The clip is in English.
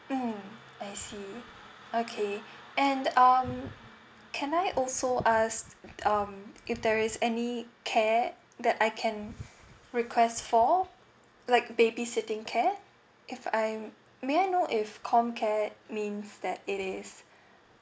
mm I see okay and um can I also ask um if there is any care that I can request for like baby sitting care if I may I know if comcare means that it is